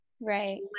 Right